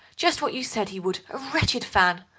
just what you said he would a wretched fan.